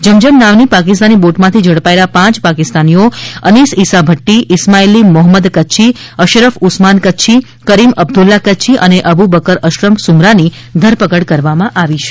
જમજમ નામની પાકિસ્તાની બોટમાંથી ઝડપાયેલા પાંચ પાકિસ્તાનીઓ અનીસ ઇસા ભદ્દી ઇસ્માઇલી મોહમ્મદ કચ્છી અશરૃક ઉસ્માન કચ્છી કરીમ અબ્દુલ્લા કચ્છી અને અબુબકર અશરફ સુમરાની ધરપકડ કરવામાં આવી છે